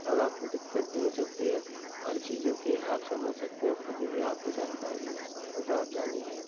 और आपको दिक्कत भी हो सकती है हर चीजों की आप समझ सकते हैं खुद ही से आपको जानकारी है वो तो आप जान ही रहे हैं